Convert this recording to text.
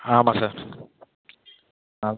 ஆமாம் சார் ஆமாம்